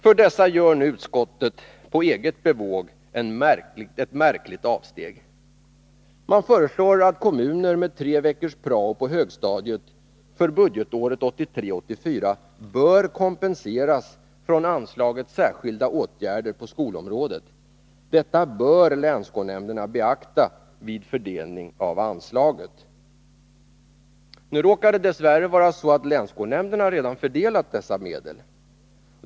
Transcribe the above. För dessa kommuner gör nu utskottet på eget bevåg ett märkligt avsteg. Man föreslår att kommuner med tre veckors prao på högstadiet för budgetåret 1983/84 bör kompenseras från anslaget Särskilda åtgärder på skolområdet. Detta bör länsskolnämnderna beakta vid fördelning av anslaget. É Nu råkar det dess värre vara så att länsskolnämnderna redan fördelat dessa medel.